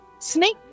Snake